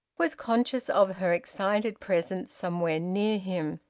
was conscious of her excited presence somewhere near him,